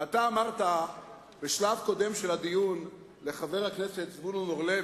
ואתה אמרת בשלב קודם של הדיון לחבר הכנסת זבולון אורלב,